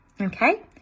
okay